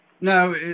No